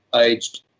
aged